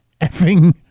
effing